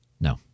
No